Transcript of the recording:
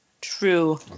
True